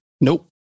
Nope